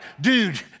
dude